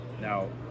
Now